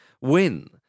win